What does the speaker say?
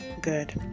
good